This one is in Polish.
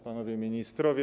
Panowie Ministrowie!